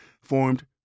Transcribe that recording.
formed